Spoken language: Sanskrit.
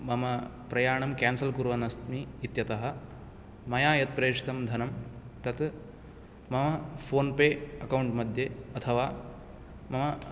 मम प्रयाणं केन्सल् कुर्वन्नस्मि इत्यतः मया यत्प्रेषितं धनं तत् मम फोन्पे अकौण्ट् मध्ये अथवा मम